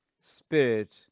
spirit